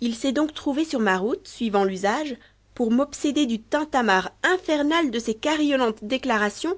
u s'est donc trouvé sur ma route suivant l'usage pour m'obséder du tintamarre infernl de ses carillonnantes déclarations